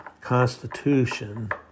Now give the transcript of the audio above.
constitution